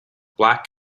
black